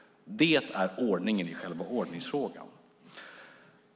Det är ordningen i själva ordningsfrågan.